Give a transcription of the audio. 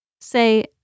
Say